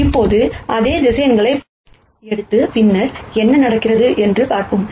இப்போது அதே வெக்டர்ஸ் எடுத்து பின்னர் என்ன நடக்கிறது என்று பார்ப்போம்